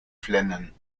flennen